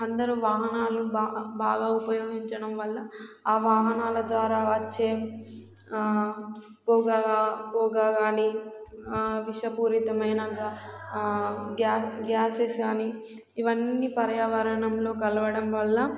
అందరూ వాహనాలు బా బాగా ఉపయోగించడం వల్ల ఆ వాహనాల ద్వారా వచ్చే పొగ పొగ కానీ విషపూరితమైన గ్యా గ్యాసెస్ అని ఇవన్నీ పర్యావరణంలో కలవడం వల్ల